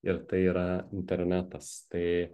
ir tai yra internetas tai